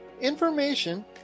information